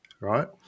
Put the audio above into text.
Right